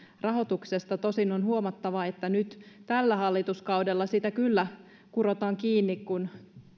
rahoituksesta tosin on huomattava että nyt tällä hallituskaudella sitä kyllä kurotaan kiinni kun